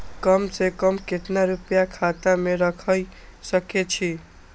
कम से कम केतना रूपया खाता में राइख सके छी?